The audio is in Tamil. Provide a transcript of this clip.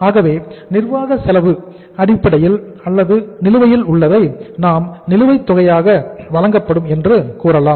ஆகவே நிர்வாக செலவுகள் நிலுவையில் உள்ளதை நாம் நிலுவைத் தொகையாக வழங்கப்படும் என்று கூறலாம்